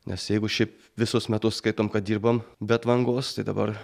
nes jeigu šiaip visus metus skaitom kad dirbam be atvangos tai dabar